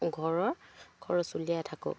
ঘৰৰ খৰচ উলিয়াই থাকোঁ